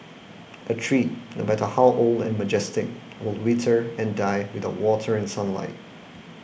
a tree no matter how old and majestic will wither and die without water and sunlight